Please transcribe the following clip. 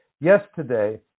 Yesterday